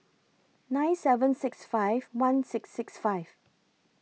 nine seven six five one six six five